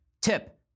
Tip